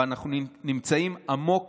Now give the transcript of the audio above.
אבל אנחנו נמצאים עמוק